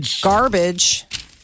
garbage